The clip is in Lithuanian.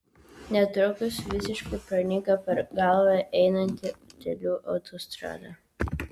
netrukus visiškai pranyko per galvą einanti utėlių autostrada